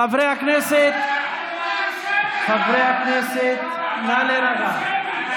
חברי הכנסת, נא להירגע.